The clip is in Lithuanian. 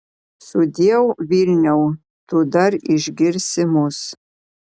sudieu vilniau tu dar išgirsi mus